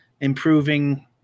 improving